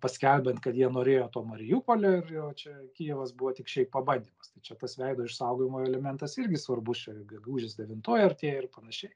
paskelbiant kad jie norėjo to mariupolio ir jau čia kijevas buvo tik šiaip pabandymas tai čia tas veido išsaugojimo elementas irgi svarbus čia gegužės devintoji artėja ir panašiai